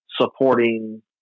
supporting